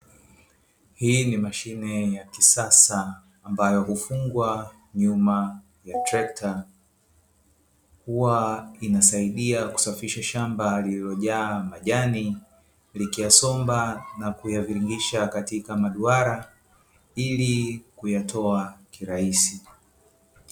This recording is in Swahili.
Hii ni mashine ya kisasa ambayo hufungwa nyuma ya trekta huwa inasaidia kusafisha shamba lililojaa majani likiyasomba na kuyaviringisha katika maduara ili kuyatoa kirahisi.